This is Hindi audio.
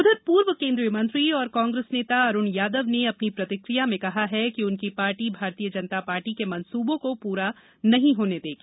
उधर पूर्व केंद्रीय मंत्री और कांग्रेस नेता अरुण यादव ने अपनी प्रतिकिया में कहा कि उनकी पार्टी भारतीय जनता पार्टी के मंसूबों को पूरा नहीं होने देगी